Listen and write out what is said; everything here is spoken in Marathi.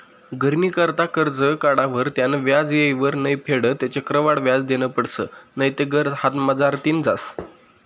घरनी करता करजं काढावर त्यानं व्याज येयवर नै फेडं ते चक्रवाढ व्याज देनं पडसं नैते घर हातमझारतीन जास